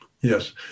Yes